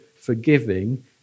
forgiving